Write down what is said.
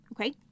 Okay